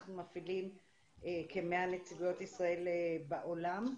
אנחנו מפעילים כ-100 נציגויות ישראליות בעולם,